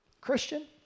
Christian